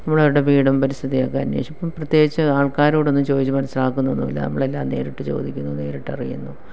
നമ്മളവരുടെ വീടും പരിസ്ഥിതിയും ഒക്കെ അന്വേഷിക്കും പ്രത്യേകിച്ച് ആള്ക്കാരോടൊന്നും ചോദിച്ച് മനസിലാക്കുന്നതുമില്ല നമ്മളെല്ലാം നേരിട്ട് ചോദിക്കുന്നു നേരിട്ടറിയുന്നു